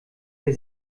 der